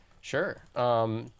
Sure